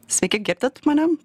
sveiki girdit mane